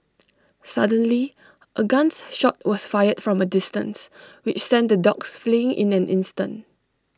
suddenly A guns shot was fired from A distance which sent the dogs fleeing in an instant